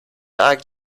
act